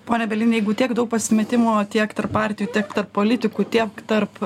pone bielini jeigu tiek daug pasimetimo tiek tarp partijų tiek tarp politikų tiek tarp